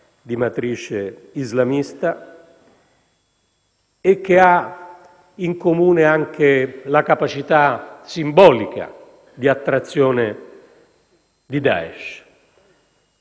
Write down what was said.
di matrice islamista e che ha in comune anche la capacità simbolica di attrazione di Daesh.